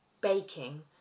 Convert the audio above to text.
baking